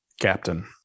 captain